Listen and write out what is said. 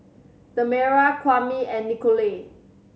Tamera Kwame and Nichole